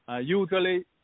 usually